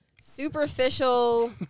superficial